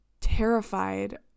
terrified